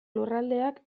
lurraldeak